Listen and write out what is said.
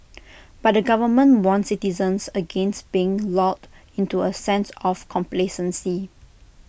but the government warned citizens against being lulled into A sense of complacency